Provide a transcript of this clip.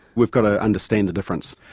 we've got to understand the difference.